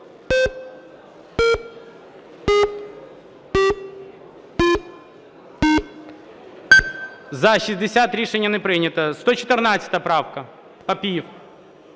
За-60 Рішення не прийнято. 114 правка, Папієв.